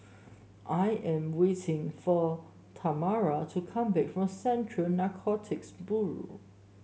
I am waiting for Tamra to come back from Central Narcotics Bureau